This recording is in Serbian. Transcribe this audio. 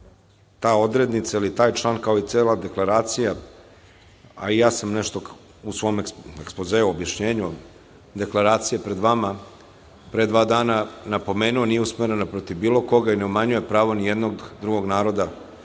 Ta odrednica ili taj član, kao i cela ova deklaracija, a i ja sam nešto u svom ekspozeu objašnjenja deklaracije pred vama, pre dva dana, napomenuo da nije usmerena protiv bilo koga i ne umanjuje pravo ni jednog drugog naroda. Ne